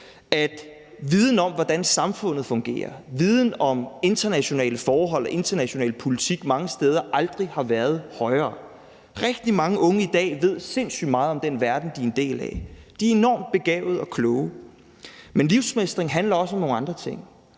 viden om, hvordan samfundet fungerer, og viden om internationale forhold og international politik mange steder aldrig har været højere. Rigtig mange unge i dag ved sindssygt meget om den verden, de er en del af. De er enormt begavede og kloge. Men livsmestring handler også om nogle andre ting.